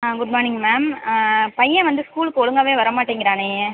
ஆ good morning ma'am பையன் வந்து ஸ்கூலுக்கு ஒழுங்காகவே வரமாட்டேங்கிறானே ஏன்